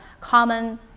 common